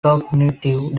cognitive